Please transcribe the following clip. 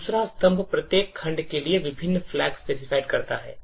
दूसरा स्तंभ प्रत्येक खंड के लिए विभिन्न flag specified करता है